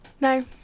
No